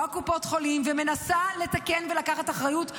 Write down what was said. של קופת החולים ומנסה לתקן ולקחת אחריות,